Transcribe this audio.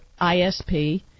ISP